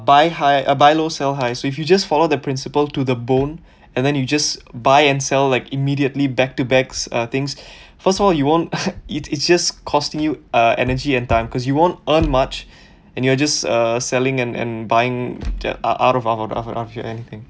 buy high uh buy low sell high so if you just follow the principle to the bone and then you just buy and sell like immediately back to backs uh things first of all you won't it it just costing you uh energy and time because you won't earn much and you're just uh selling and and buying that are out of out of out of